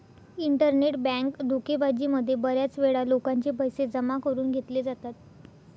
internet bank धोकेबाजी मध्ये बऱ्याच वेळा लोकांचे पैसे जमा करून घेतले जातात